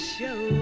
Show